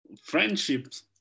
friendships